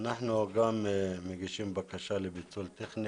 אנחנו גם מגישים בקשה לפיצול טכני